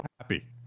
happy